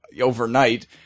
overnight